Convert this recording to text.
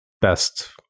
Best